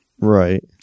Right